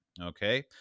okay